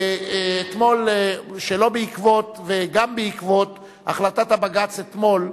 אתמול, שלא בעקבות, וגם בעקבות החלטת הבג"ץ אתמול,